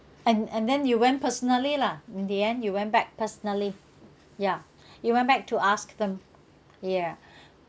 and and then you went personally lah in the end you went back personally yeah you went back to ask them ya